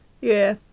Yeah